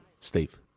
Steve